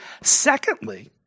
Secondly